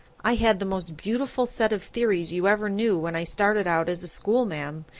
i had the most beautiful set of theories you ever knew when i started out as a schoolma'am,